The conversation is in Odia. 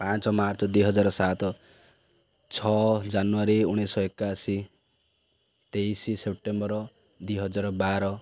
ପାଞ୍ଚ ମାର୍ଚ୍ଚ ଦୁଇ ହଜାର ସାତ ଛଅ ଜାନୁଆରୀ ଉଣେଇଶହ ଏକାଅଶୀ ତେଇଶ ସେପ୍ଟେମ୍ବର ଦୁଇ ହଜାର ବାର